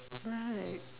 right